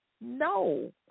No